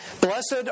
Blessed